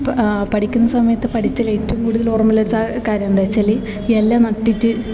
ഇപ്പം ആ പഠിക്കുന്ന സമയത്ത് പഠിച്ചാലേറ്റവും കൂടുതൽ ഓർമ്മയുള്ളച്ചാ കാര്യം എന്താച്ചാല് എല്ലാം നട്ടിട്ട്